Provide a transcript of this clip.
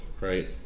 right